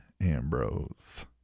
Ambrose